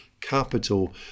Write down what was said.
capital